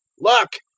look!